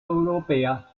europea